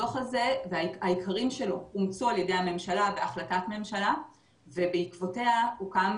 הדוח הזה והעיקרים שלו אומצו על ידי הממשלה בהחלטת ממשלה ובעקבותיה הוקם